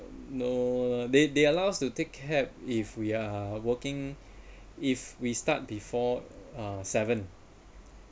no they they allow to take cab if we are working if we start before uh seven